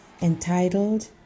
entitled